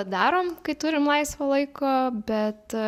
darom kai turim laisvo laiko bet